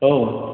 औ